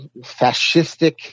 fascistic